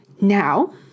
now